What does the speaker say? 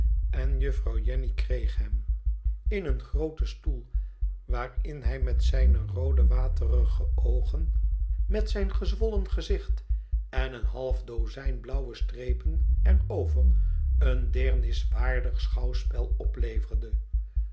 en juffrouw jenny kreeg hem in een grooten stoel waarin hij met zijne roode waterige oogen met zijn gezwollen gezicht en een half dozijn blauwe strepen er over een deerniswaardig schouwspel opleverde